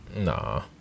Nah